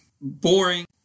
boring